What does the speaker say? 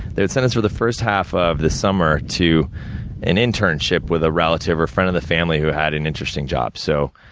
they would send us, for the first half of the summer, to an internship with a relative or a friend of the family who had an interesting job. so,